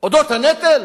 על הנטל?